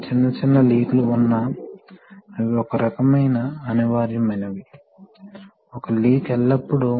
కాబట్టి రెండు అడ్డంకులు ఉన్నాయి కాబట్టి ఒక అడ్డంకి ఇది వాస్తవానికి క్రాస్ సెక్షనల్ వీక్షణ